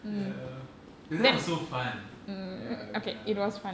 ya dude that was so fun ya